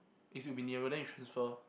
it should be nearer then you transfer